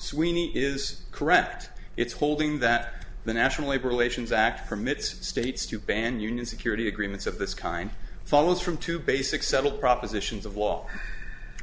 sweeney is correct it's holding that the national labor relations act permits states to ban union security agreements of this kind follows from two basic several propositions of law